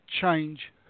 change